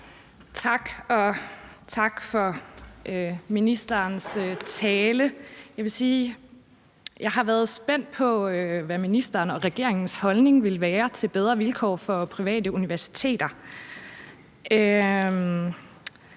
(LA): Tak for ministerens tale. Jeg vil sige, at jeg har været spændt på, hvad ministeren og regeringens holdning ville være til bedre vilkår for private universiteter.